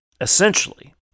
essentially